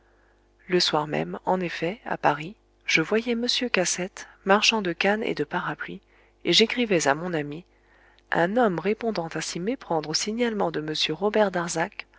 le soir même en effet à paris je voyais m cassette marchand de cannes et de parapluies et j'écrivais à mon ami un homme répondant à s'y méprendre au signalement de m robert darzac